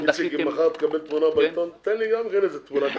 עכשיו, אחרי התיקון שעשינו והתיקון הזה מבורך